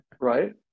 right